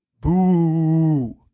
boo